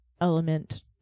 element